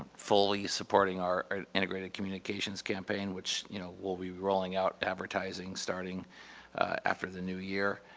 fully supporting our integrated communications campaign which you know we'll be rolling out advertising starting after the new year.